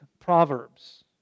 Proverbs